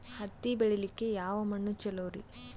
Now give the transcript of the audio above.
ಹತ್ತಿ ಬೆಳಿಲಿಕ್ಕೆ ಯಾವ ಮಣ್ಣು ಚಲೋರಿ?